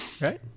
right